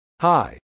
Hi